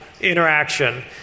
interaction